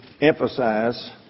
emphasize